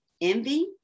envy